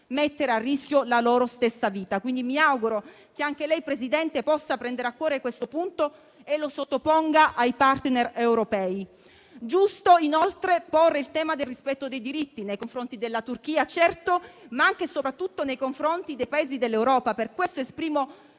mettere a rischio la loro stessa vita. Mi auguro che anche lei, Presidente, possa prendere a cuore questo punto e lo sottoponga ai *partner* europei. È giusto, inoltre, porre il tema del rispetto dei diritti nei confronti della Turchia, certo, ma anche e soprattutto nei confronti dei Paesi dell'Europa. Per questo esprimo